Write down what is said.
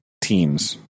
teams